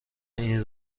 این